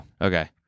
Okay